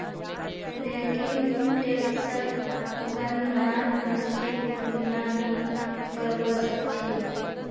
लेकिन टैक्सक गणनार निश्चित तुलना नी करवा सक छी